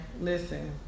Listen